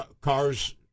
cars